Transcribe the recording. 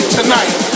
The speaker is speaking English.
tonight